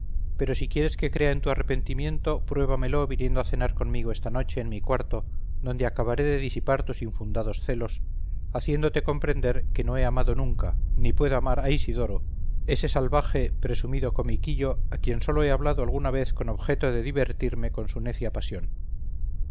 pero si quieres que crea en tu arrepentimiento pruébamelo viniendo a cenar conmigo esta noche en mi cuarto donde acabaré de disipar tus infundados celos haciéndote comprender que no he amado nunca ni puedo amar a isidoro ese salvaje presumido comiquillo a quien sólo he hablado alguna vez con objeto de divertirme con su necia pasión